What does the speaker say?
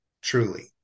Truly